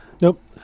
Nope